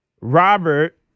Robert